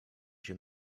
się